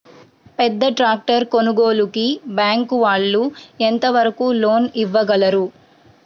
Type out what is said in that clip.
పెద్ద ట్రాక్టర్ కొనుగోలుకి బ్యాంకు వాళ్ళు ఎంత వరకు లోన్ ఇవ్వగలరు?